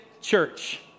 church